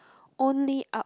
only up